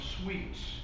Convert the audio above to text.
sweets